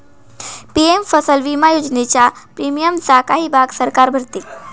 PM फसल विमा योजनेच्या प्रीमियमचा काही भाग सरकार भरते